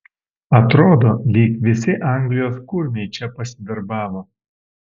atrodo lyg visi anglijos kurmiai čia pasidarbavo